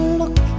look